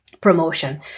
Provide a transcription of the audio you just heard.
promotion